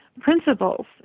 principles